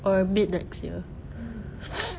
or mid next year